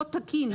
כאן תקין.